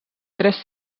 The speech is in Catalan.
tres